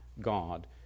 God